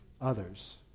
others